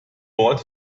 wort